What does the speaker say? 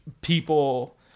people